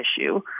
issue